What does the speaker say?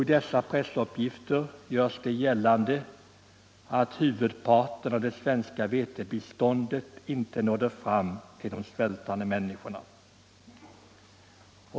I dessa pressuppgifter görs det gällande att huvudparten av det svenska vetebiståndet inte nått fram till de svältande människorna.